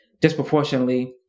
disproportionately